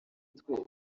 twe